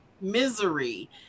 misery